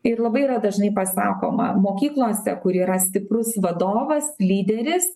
ir labai yra dažnai pasakoma mokyklose kur yra stiprus vadovas lyderis